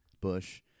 Bush